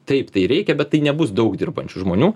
taip tai reikia bet tai nebus daug dirbančių žmonių